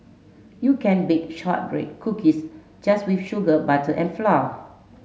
you can bake shortbread cookies just with sugar butter and flour